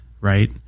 right